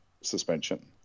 suspension